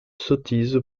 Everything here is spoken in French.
sottise